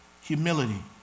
humility